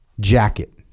jacket